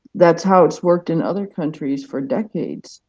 that's how it's worked in other countries for decades.